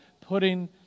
putting